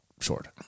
short